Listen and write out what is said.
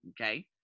Okay